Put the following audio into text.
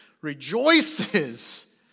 rejoices